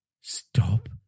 Stop